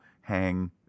hang